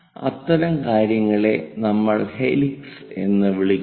അത്തരം കാര്യങ്ങളെ നമ്മൾ ഹെലിക്സ് എന്ന് വിളിക്കുന്നു